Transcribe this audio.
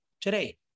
today